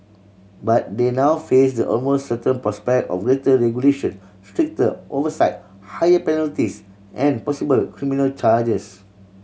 but they now face the almost certain prospect of greater regulation stricter oversight higher penalties and possible criminal charges